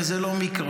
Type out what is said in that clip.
וזה לא מקרה,